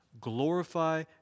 glorify